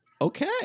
Okay